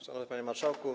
Szanowny Panie Marszałku!